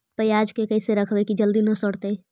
पयाज के कैसे रखबै कि जल्दी न सड़तै?